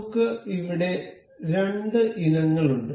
നമുക്ക് ഇവിടെ രണ്ട് ഇനങ്ങൾ ഉണ്ട്